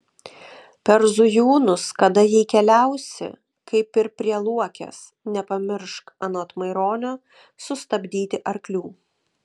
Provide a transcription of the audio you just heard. per zujūnus kada jei keliausi kaip ir prie luokės nepamiršk anot maironio sustabdyti arklių